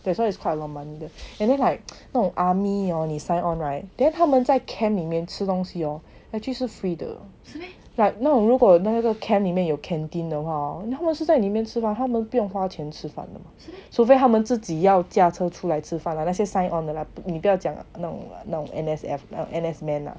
that's why it's quite low demanded and then like 那种 army hor 你 sign on right then 他们在 camp 里面吃东西 hor actually 是 free though like 如果那个 camp 里面有 canteen 的话 hor 如果是在里面吃饭他们不用花钱吃饭的除非他们自己要驾车出来吃饭了那些 sign on 的 lah 你不要讲那种那种 N_S men lah